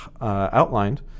outlined